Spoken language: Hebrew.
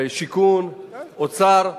השיכון והאוצר,